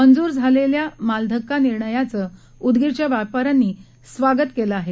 मंजूर झालेल्या मालधक्का निर्णयाचं उदगीरच्या व्यापाऱ्यांनी स्वागत केलं आहे